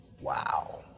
Wow